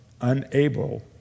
unable